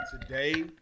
Today